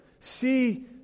See